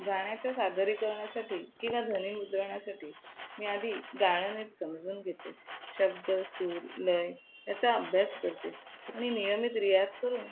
गाण्याच्या सादरीकरणासाठी किंवा ध्वनि मुद्रणासाठी मी आधी गाणं नीट समजून घेते शब्द सूर लय याचा अभ्यास करते आणि नियमित रियाज करून